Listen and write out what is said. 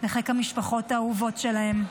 לחיק המשפחות האהובות שלהם.